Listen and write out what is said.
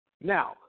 Now